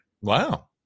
Wow